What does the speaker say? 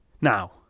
Now